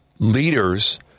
Leaders